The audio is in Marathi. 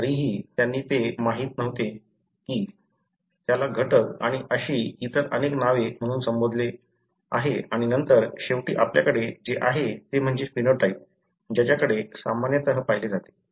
तरीही त्यांनी ते माहित नव्हते की त्याला घटक आणि अशी इतर अनेक नावे म्हणून संबोधले आणि नंतर शेवटी आपल्याकडे जे आहे ते म्हणजे फिनोटाइप ज्याच्याकडे सामान्यतः पाहिले जाते